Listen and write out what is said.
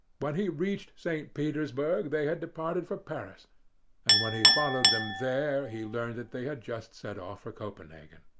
but he reached st. petersburg they had departed for paris and when he followed them there he learned that they had just set off for copenhagen.